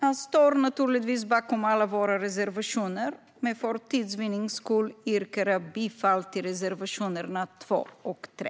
Vi står naturligtvis bakom alla våra reservationer, men för tids vinnande yrkar jag bifall endast till reservationerna 2 och 3.